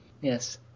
Yes